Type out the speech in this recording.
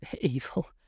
evil